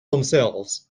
themselves